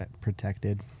protected